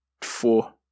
four